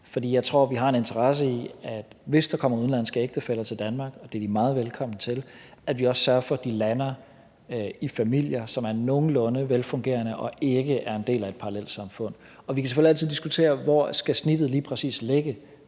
og selvforsørgelse. For hvis der kommer udenlandske ægtefæller til Danmark – og det er de meget velkomne til – tror jeg, vi har en interesse i at sørge for, at de lander i familier, som er nogenlunde velfungerende og ikke er en del af et parallelsamfund. Vi kan selvfølgelig altid diskutere, hvor snittet lige præcis skal